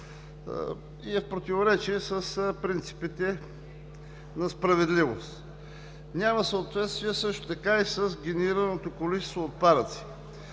и е в противоречие с принципите на справедливост. Няма съответствие също така и с генерираното количество отпадъци.